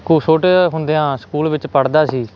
ਕੋ ਛੋਟੇ ਹੁੰਦਿਆਂ ਸਕੂਲ ਵਿੱਚ ਪੜ੍ਹਦਾ ਸੀ